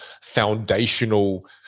foundational